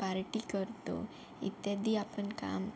party करतो इत्यादी आपण काम